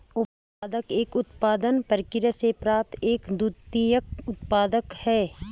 उपोत्पाद एक उत्पादन प्रक्रिया से प्राप्त एक द्वितीयक उत्पाद है